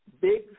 big